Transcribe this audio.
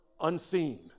unseen